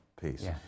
peace